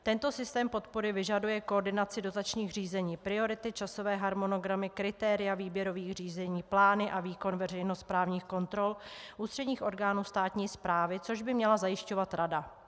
Tento systém podpory vyžaduje koordinaci dotačních řízení, priority, časové harmonogramy, kritéria výběrových řízení, plány a výkon veřejnoprávních kontrol ústředních orgánů státní správy, což by měla zajišťovat rada.